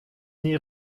nie